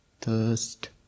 thirst